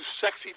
Sexy